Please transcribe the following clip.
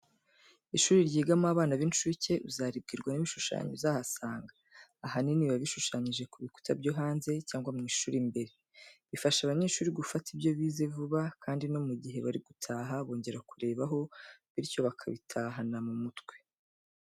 Ishuri ryigamo abana b'incuke, uzaribwirwa n'ibishushanyo uzahasanga, ahanini biba bishushanyije ku bikuta byo hanze cyangwa mu ishuri imbere. Bifasha abanyeshuri gufata ibyo bize vuba kandi no mu gihe bari gutaha bongera kurebaho, bityo bakabitahana mu mutwe.